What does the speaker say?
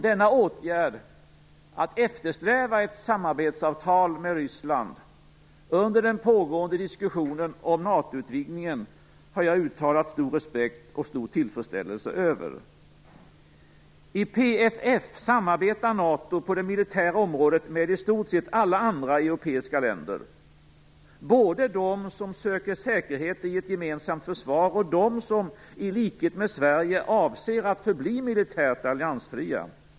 Denna åtgärd, att eftersträva ett samarbetsavtal med Ryssland under den pågående diskussionen om NATO-utvidgningen, har jag uttalat stor respekt för och stor tillfredsställese över. I PFF samarbetar NATO på det militära området med i stort sett alla europeiska länder, både med dem som söker säkerhet i ett gemensamt försvar och med dem som i likhet med Sverige avser att förbli militärt alliansfria.